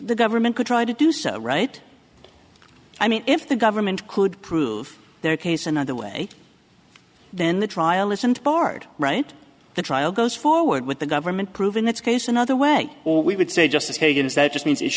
the government could try to do so right i mean if the government could prove their case another way then the trial isn't barred right the trial goes forward with the government proven its case another way or we would say justice kagan is that just means